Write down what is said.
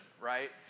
Right